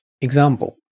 example